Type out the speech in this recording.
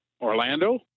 Orlando